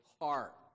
heart